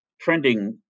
trending